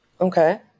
Okay